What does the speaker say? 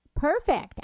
Perfect